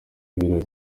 birori